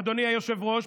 אדוני היושב-ראש,